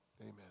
amen